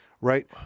right